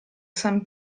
san